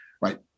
right